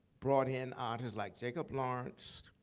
brought in artists like jacob lawrence,